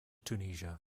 tunisia